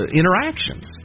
interactions